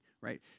right